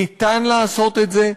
ניתן לעשות את זה.